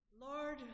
Lord